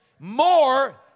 More